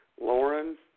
Lauren